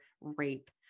rape